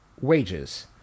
wages